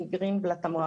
שקלים.